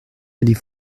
allée